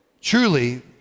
Truly